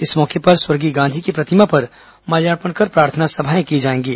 इस मौके पर स्वर्गीय गांधी की प्रतिमा पर माल्यार्पण कर प्रार्थना सभाएं की जाएंगी